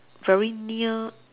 very near